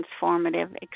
transformative